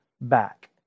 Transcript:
back